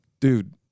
dude